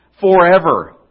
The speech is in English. forever